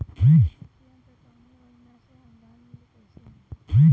खेती के यंत्र कवने योजना से अनुदान मिली कैसे मिली?